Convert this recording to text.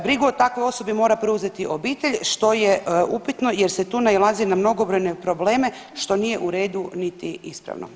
Brigu o takvoj osobi mora preuzeti obitelj što je upitno jer se tu nailazi na mnogobrojne probleme što nije u redu niti ispravno.